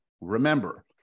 Remember